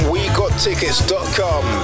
WeGotTickets.com